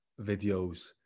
videos